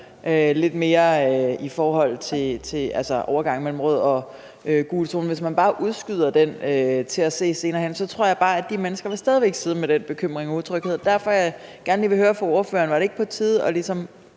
lidt mere i forhold til overgangen mellem rød og gul zone til senere hen, så tror jeg, at de mennesker stadig væk vil sidde med den bekymring og utryghed, og det er derfor, jeg gerne lige vil høre fra ordføreren: Var det ikke på tide ligesom